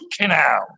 canal